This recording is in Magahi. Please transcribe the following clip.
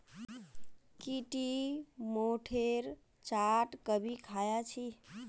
की टी मोठेर चाट कभी ख़या छि